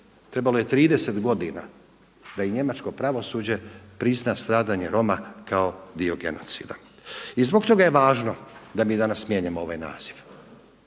Trebalo je 30 godina da i njemačko pravosuđe prizna stradanje Roma kao dio genocida. I zbog toga je važno da mi danas mijenjamo ovaj naziv,